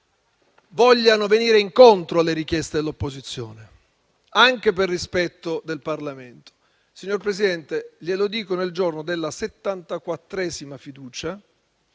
vogliano venire incontro alle richieste dell'opposizione, anche per rispetto del Parlamento. Signor Presidente, lo dico nel giorno della settantaquattresima fiducia: